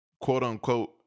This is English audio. quote-unquote